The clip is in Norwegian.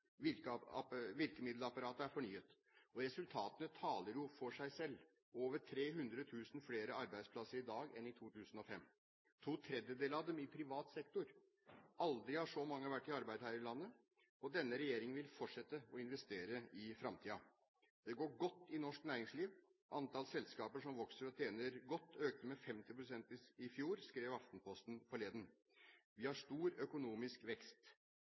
Virkemiddelapparatet er fornyet. Resultatene taler for seg selv. Det er over 300 000 flere arbeidsplasser i dag enn i 2005, to tredjedeler av dem i privat sektor. Aldri har så mange vært i arbeid her i landet. Denne regjeringen vil fortsette å investere i framtiden. Det går godt i norsk næringsliv. Antall selskaper som vokser og tjener godt, økte med 50 pst. i fjor, skrev Aftenposten forleden. Vi har stor økonomisk vekst.